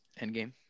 Endgame